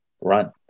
run